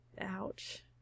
Ouch